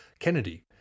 Kennedy